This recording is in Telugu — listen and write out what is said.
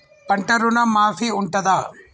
పంట ఋణం మాఫీ ఉంటదా?